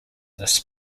this